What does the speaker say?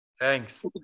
Thanks